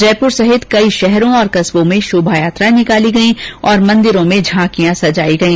जयपुर सहित कई शहरों और कस्बों में शोभायात्रा निकाली गई तथा मंदिरों में झांकिया सजाई गई